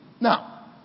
Now